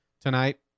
tonight